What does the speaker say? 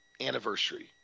anniversary